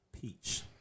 Peach